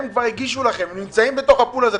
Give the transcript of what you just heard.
הם כבר הגישו לכם, נמצאים בפול הזה.